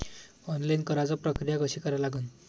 Online कराच प्रक्रिया कशी करा लागन?